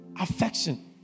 Affection